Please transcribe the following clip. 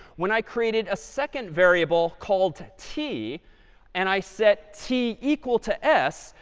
when i created a second variable called t and i set t equal to s,